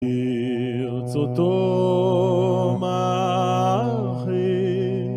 ברצותו מרחיק.